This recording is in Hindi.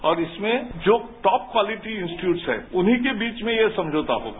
और इसमें जो टॉप क्वालिटी इंस्टीच्यूट हैं उन्ही के बीच में यह समझौता होगा